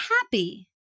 happy